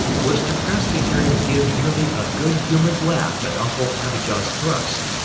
was depressed to hear him give merely a good-humored laugh at uncle abijah's thrust.